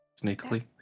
sneakily